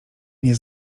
nie